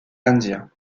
indien